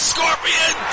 Scorpion